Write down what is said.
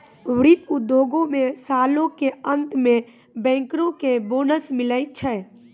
वित्त उद्योगो मे सालो के अंत मे बैंकरो के बोनस मिलै छै